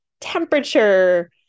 temperature